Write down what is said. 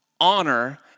Honor